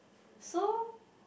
so